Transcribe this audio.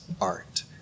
art